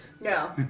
No